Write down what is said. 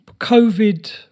COVID